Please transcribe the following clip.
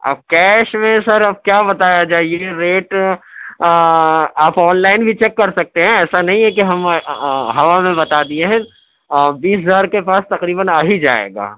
اب کیش میں سر اب کیا بتایا جائے یہ ریٹ آپ آن لائن بھی چیک کر سکتے ہیں ایسا نہیں ہے کہ ہم ہوا میں بتا دیے ہیں بیس ہزار کے پاس تقریباً آ ہی جائے گا